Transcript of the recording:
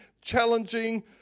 challenging